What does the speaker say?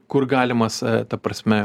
kur galimas ta prasme